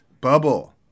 bubble